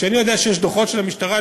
כשאני יודע שיש דוחות של המשטרה,